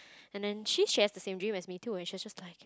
and then she she has the same dream as me too and she was just like